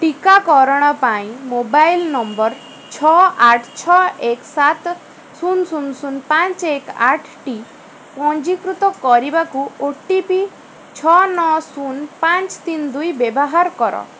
ଟିକାକରଣ ପାଇଁ mobile number ଛଅ ଆଠ ଛଅ ଏକ ସାତ ଶୂନ ଶୂନ ଶୂନ ପାଞ୍ଚ ଏକ ଆଠଟି ପଞ୍ଜୀକୃତ କରିବାକୁ ଓ ଟି ପି ଛଅ ନଅ ଶୂନ ପାଞ୍ଚ ତିନି ଦୁଇ ବ୍ୟବହାର କର